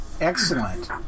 Excellent